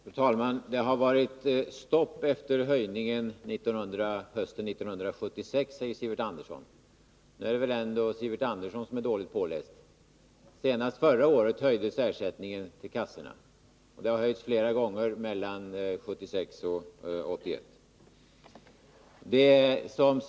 Fru talman! Det har varit stopp efter höjningen av arbetslöshetsersättningen hösten 1976, säger Sivert Andersson. Nu är det väl ändå Sivert Andersson som har läst på dåligt. Senast förra året höjdes ersättningen till kassorna, och den har höjts flera gånger mellan 1976 och 1981.